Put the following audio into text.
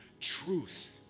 truth